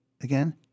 again